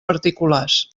particulars